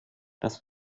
das